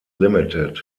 ltd